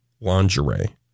lingerie